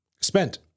Spent